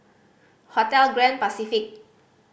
Hotel Grand Pacific